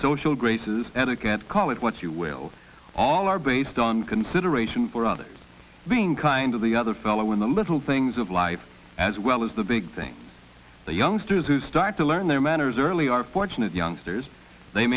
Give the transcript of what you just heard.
social graces etiquette call it what you will all are based on consideration for others being kind of the other fellow in the little things of life as well as the big things the youngsters who start to learn their manners early are fortunate youngsters they